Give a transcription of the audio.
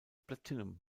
platinum